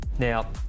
Now